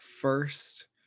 first